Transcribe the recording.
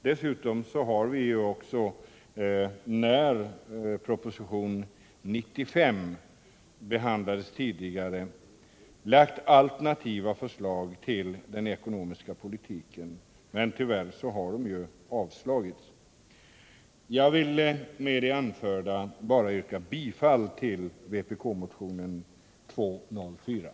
Dessutom har vi när propositionen 95 behand lades tidigare lagt fram alternativa förslag om den ekonomiska politiken... Nr 55 Men dessa har tyvärr avslagits.